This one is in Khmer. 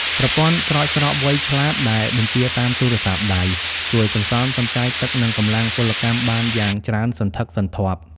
ប្រព័ន្ធស្រោចស្រពវៃឆ្លាតដែលបញ្ជាតាមទូរស័ព្ទដៃ ជួយសន្សំសំចៃទឹក និងកម្លាំងពលកម្មបានយ៉ាងច្រើនសន្ធឹកសន្ធាប់។